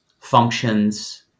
functions